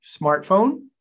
smartphone